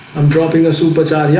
i'm dropping a supercharged. yeah,